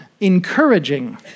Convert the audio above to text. encouraging